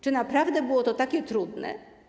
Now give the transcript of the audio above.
Czy naprawdę było to takie trudne?